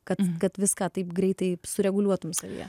kad kad viską taip greitai sureguliuotum savyje